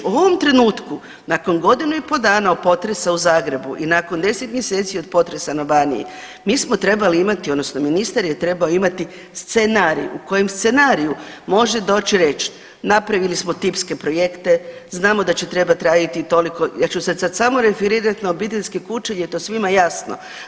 U ovom trenutku nakon godine i po' dana od potresa u Zagrebu i nakon 10 mjeseci od potresa na Baniji, mi smo trebali imati, odnosno ministar je trebao imati scenarij u kojem scenariju može doći i reći, napravili smo tipske projekte, znamo da će trebati raditi toliko, ja ću se sad referirati na obiteljske kuće jer je to svima jasno.